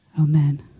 Amen